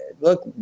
look